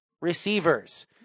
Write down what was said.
receivers